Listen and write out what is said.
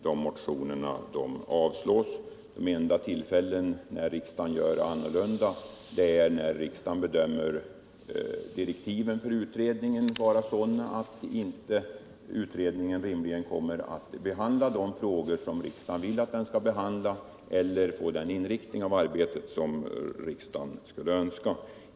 Det enda tillfälle då riksdagen handlar annorlunda är när riksdagen bedömer direktiven för utredningen vara sådana att utredningen inte kommer att behandla de frågor som riksdagen vill att den skall behandla.